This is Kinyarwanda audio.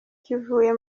kivuye